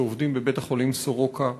שעובדים בבית-החולים סורוקה,